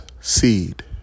seed